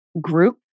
group